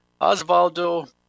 Osvaldo